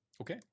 Okay